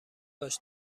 باش